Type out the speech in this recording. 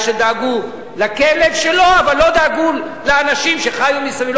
איך שדאגו לכלב שלו אבל לא דאגו לאנשים שחיו מסביב.